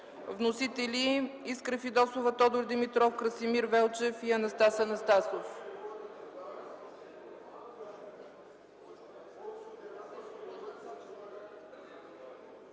представители Искра Фидосова, Тодор Димитров, Красимир Велчев и Анастас Анастасов.